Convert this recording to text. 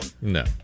No